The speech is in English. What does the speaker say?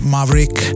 Maverick